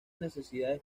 necesidades